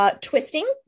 twisting